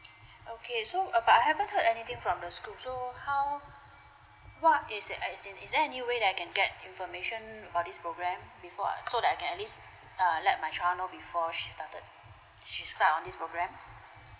okay so uh but I haven't heard anything from the school so how what is eh as in is there any way that I can get information about this program before uh so that I can at least err let my child know before she started she start on this program